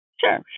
Sure